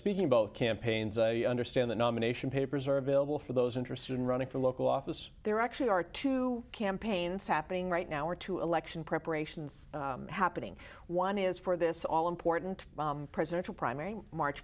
speaking both campaigns i understand the nomination papers are available for those interested in running for local office there actually are two campaigns happening right now or two election preparations happening one is for this all important presidential primary march